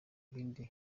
ibindi